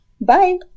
bye